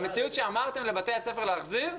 המציאות שאמרתם לבתי הספר להחזיר,